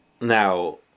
Now